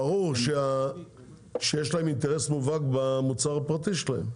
ברור שיש לרשתות אינטרס מובהק במוצר הפרטי שלהן,